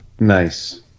Nice